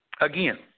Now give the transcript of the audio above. Again